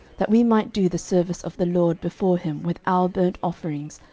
that we might do the service of the lord before him with our burnt offerings,